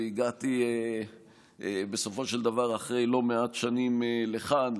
והגעתי בסופו של דבר אחרי לא מעט שנים לכאן.